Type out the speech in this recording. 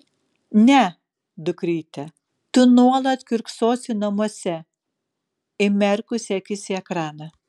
ne dukryte tu nuolat kiurksosi namuose įmerkusi akis į ekraną